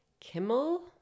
Kimmel